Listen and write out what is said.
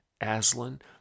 Aslan